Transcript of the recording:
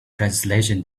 translation